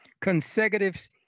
consecutive